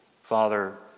Father